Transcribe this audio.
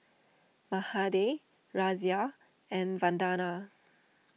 Mahade Razia and Vandana